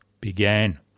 began